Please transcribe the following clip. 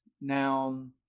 noun